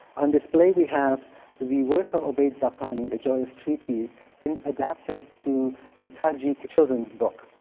on display, we have the work of ubayd zakani's, the joyous treatise and adapted to a tajik children's book.